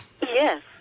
Yes